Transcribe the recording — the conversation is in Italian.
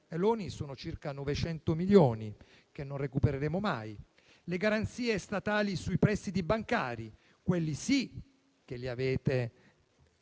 sono circa 900 milioni, che non recupereremo mai; le garanzie statali sui prestiti bancari, quelli sì che li avete